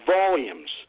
volumes